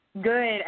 good